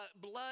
blood